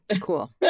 Cool